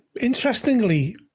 Interestingly